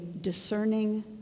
discerning